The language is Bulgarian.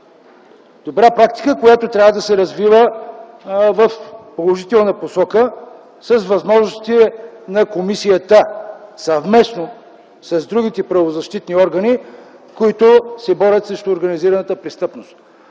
Добра практика, която трябва да се развива в положителна посока с възможностите на комисията съвместно с другите правозащитни органи, които се борят срещу организираната престъпност.